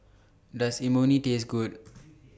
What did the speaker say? Does Imoni Taste Good